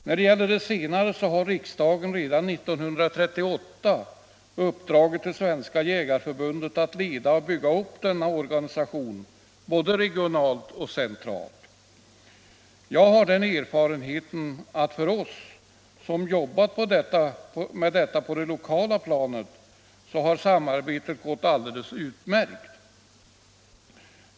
När det gäller det senare har riksdagen redan 1938 uppdragit till Svenska jägareförbundet att leda och bygga upp denna organisation både regionalt och centralt. Jag har den erfarenheten att för oss som jobbat med detta på det lokala planet har samarbetet gått alldeles utmärkt.